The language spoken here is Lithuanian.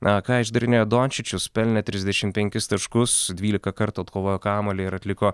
na ką išdarinėjo dončičius pelnė trisdešim penkis taškus dvylika kartų atkovojo kamuolį ir atliko